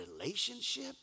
relationship